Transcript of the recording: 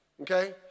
Okay